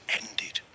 ended